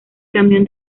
camión